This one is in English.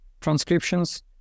transcriptions